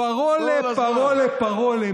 Paroles et paroles et paroles,